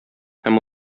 һәм